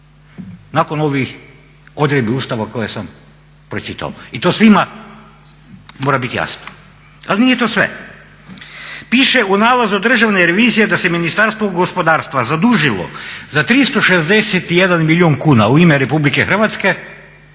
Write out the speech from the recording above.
nakon ovih odredbi Ustava koje sam pročitao. I to svima mora bit jasno. Ali nije to sve. Piše u nalazu Državne revizije da se Ministarstvo gospodarstva zadužilo za 361 milijun kuna u ime Republike Hrvatske